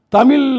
Tamil